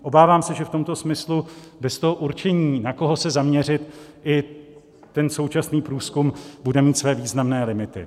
Obávám se, že v tomto smyslu bez toho určení, na koho se zaměřit, i ten současný průzkum bude mít své významné limity.